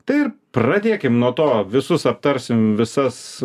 tai ir pradėkim nuo to visus aptarsim visas